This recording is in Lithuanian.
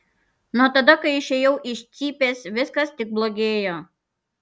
nuo tada kai išėjau iš cypės viskas tik blogėjo